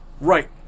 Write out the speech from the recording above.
Right